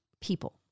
people